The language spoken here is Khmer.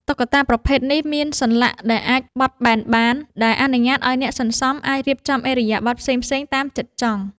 តុក្កតាប្រភេទនេះមានសន្លាក់ដែលអាចបត់បែនបាន ដែលអនុញ្ញាតឱ្យអ្នកសន្សំអាចរៀបចំឥរិយាបថផ្សេងៗតាមចិត្តចង់។